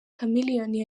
chameleone